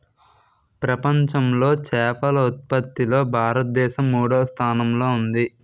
ప్రపంచంలో చేపల ఉత్పత్తిలో భారతదేశం మూడవ స్థానంలో ఉంది